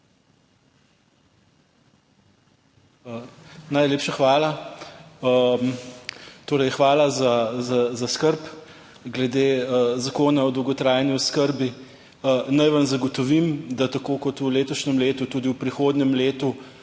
Najlepša hvala. Torej, hvala za skrb glede Zakona o dolgotrajni oskrbi. Naj vam zagotovim, da tako kot v letošnjem letu, tudi v prihodnjem letu